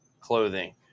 Clothing